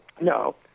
No